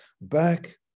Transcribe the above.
back